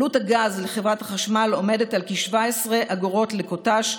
עלות הגז לחברת החשמל עומדת על כ-17 אגורות לקוט"ש,